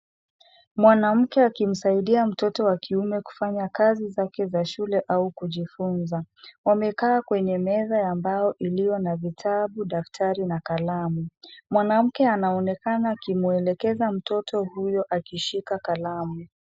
Mwanamke akimsaidia mtoto wa kiume kufanya kazi zake za shule au kujifunza. Wamekaa kwenye meza ya mbao iliyo na vitabu, daftari na kalamu. Mwanamke anaonekana akimwelekeza mtoto huyo akishika kalamu.